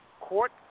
court